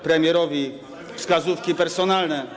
premierowi wskazówki personalne.